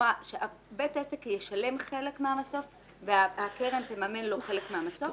שאמרה שבית עסק ישלם חלק מהמסוף והקרן תממן לו חלק מהמסוף.